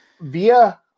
via